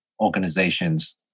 organizations